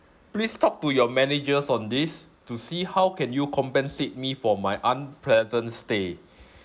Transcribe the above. please talk to your managers on this to see how can you compensate me for my unpleasant stay